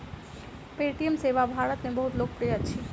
Paytm सेवा भारत में बहुत लोकप्रिय अछि